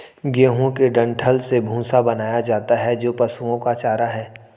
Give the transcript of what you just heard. गेहूं के डंठल से भूसा बनाया जाता है जो पशुओं का चारा है